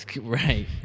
Right